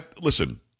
listen